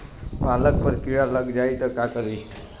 पालक पर कीड़ा लग जाए त का करी?